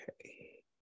Okay